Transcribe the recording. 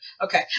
Okay